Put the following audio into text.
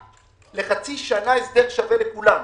לחצי שנה הסדר שווה לכולם,